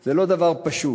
זה לא דבר פשוט.